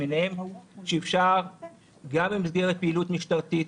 שאפשר גם במסגרת פעילות משטרתית,